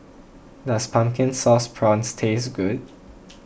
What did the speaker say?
does Pumpkin Sauce Prawns taste good